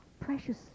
precious